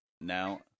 Now